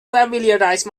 familiarize